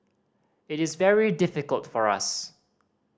it is very difficult for us